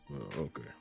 Okay